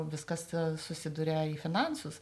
viskas susiduria į finansus